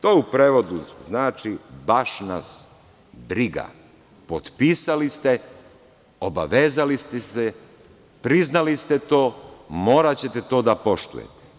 To u prevodu znači – baš nas briga, potpisali ste, obavezali ste se, priznali ste to, moraćete to da poštujete.